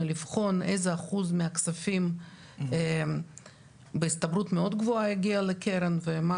לבחון איזה אחוז מהכספים בהסתברות מאוד גבוהה יגיע לקרן ומה